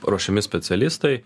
ruošiami specialistai